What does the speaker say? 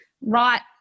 right